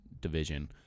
division